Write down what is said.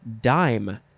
dime